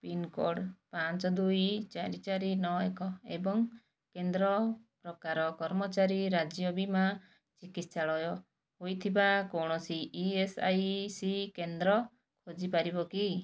pin code ପାଞ୍ଚ ଦୁଇ ଚାରି ଚାରି ନଅ ଏକ ଏବଂ କେନ୍ଦ୍ର ପ୍ରକାର କର୍ମଚାରୀ ରାଜ୍ୟ ବୀମା ଟିକିତ୍ସାଳୟ ହୋଇଥିବା କୌଣସି ଇ ଏସ୍ ଆଇ ସି କେନ୍ଦ୍ର ଖୋଜିପାରିବ କି